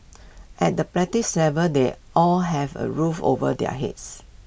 at the practice level they all have A roof over their heads